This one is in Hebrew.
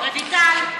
רויטל,